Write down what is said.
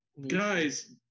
guys